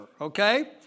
okay